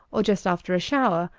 or just after a shower,